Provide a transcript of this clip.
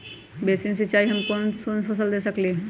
Basin सिंचाई हम कौन कौन फसल में दे सकली हां?